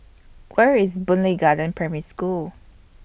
Where IS Boon Lay Garden Primary School